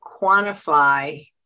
quantify